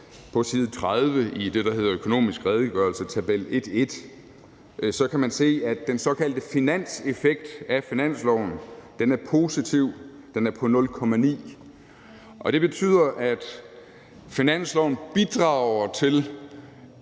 på side 30 i det, der hedder »Økonomisk Redegørelse«, Tabel 1.1, kan man se, at den såkaldte finanseffekt af finansloven er positiv. Den er på 0,9. Og det betyder, at finansloven bidrager til